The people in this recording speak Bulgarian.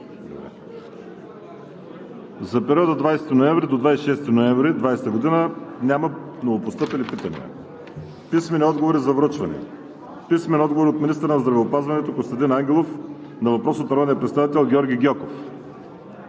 За периода 20 – 26 ноември 2020 г. няма новопостъпили питания. Писмени отговори за връчване: - от министъра на здравеопазването Костадин Ангелов на въпрос от народния представител Георги Гьоков;